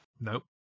Nope